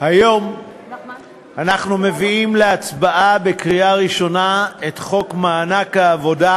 היום אנחנו מביאים להצבעה בקריאה ראשונה את חוק מענק העבודה,